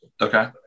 Okay